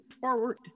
forward